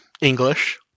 English